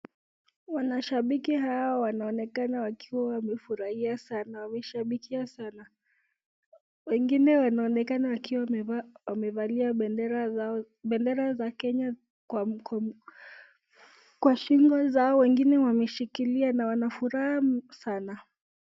Wanashabiki hawa wanaonekana wakiwa wamefurahia sana wameshabikia sana. Wengine wanaonekana wakiwa wamevalia bendera zao bendera za Kenya kwa kwa shingo zao, wengine wameshikilia na wanafuraha sana.